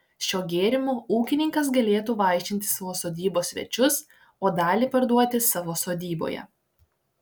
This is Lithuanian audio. šiuo gėrimu ūkininkas galėtų vaišinti savo sodybos svečius o dalį parduoti savo sodyboje